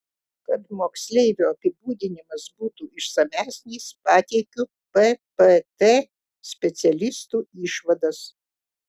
kad moksleivio apibūdinimas būtų išsamesnis pateikiu ppt specialistų išvadas